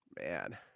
man